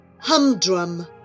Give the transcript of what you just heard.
Humdrum